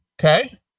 Okay